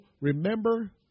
remember